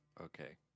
Okay